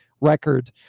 record